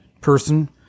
person